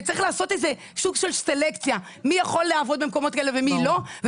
וצריך לעשות איזה סוג של סלקציה מי יכול לעבוד במקומות האלה ומי לא.